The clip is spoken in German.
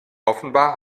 offenbar